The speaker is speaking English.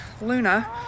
Luna